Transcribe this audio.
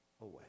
away